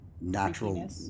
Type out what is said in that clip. natural